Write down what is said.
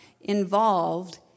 involved